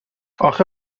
اخه